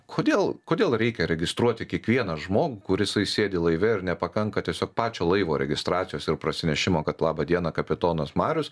kodėl kodėl reikia registruoti kiekvieną žmogų kur jisai sėdi laive ir nepakanka tiesiog pačio laivo registracijos ir prasinešimo kad laba diena kapitonas marius